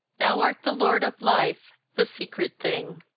thou art the lord of life, the secret thing.